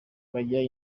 bajya